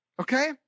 okay